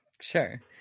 sure